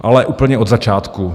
Ale úplně od začátku.